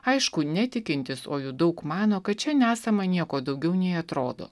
aišku netikintis o jų daug mano kat čia nesama nieko daugiau nei atrodo